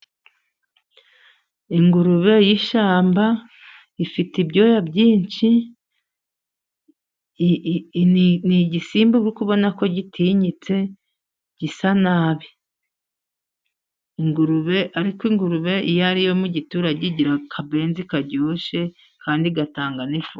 Ingurube y'ishyamba ifite ibyoya byinshi, ni igisimba uri kubona ko gitinyitse, gisa nabi. Ingurube, ariko ingurube iyo ari iyo mu giturage, igira akabenzi karyoshye, kandi igatanga n'ifumbimbire.